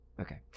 Okay